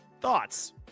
thoughts